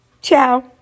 Ciao